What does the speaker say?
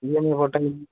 EMI